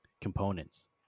components